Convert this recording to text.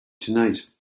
tonight